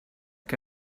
que